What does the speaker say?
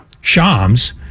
Shams